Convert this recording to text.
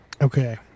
Okay